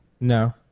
No